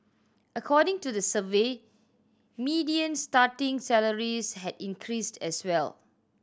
according to the survey median starting salaries had increased as well